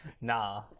nah